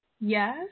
Yes